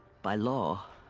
by law.